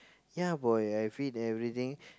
ya boy I feed everything